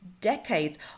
decades